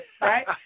right